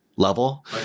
level